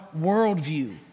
worldview